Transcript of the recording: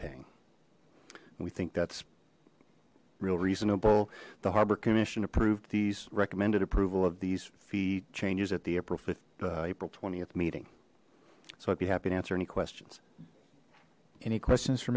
paying we think that's real reasonable the harbor commission approved these recommended approval of these fee changes at the april th th meeting so i'd be happy to answer any questions any questions for